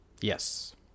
Yes